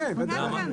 כן, כן.